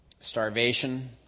Starvation